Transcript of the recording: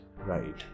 right